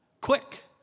Quick